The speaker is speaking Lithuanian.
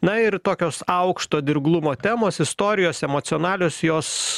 na ir tokios aukšto dirglumo temos istorijos emocionalios jos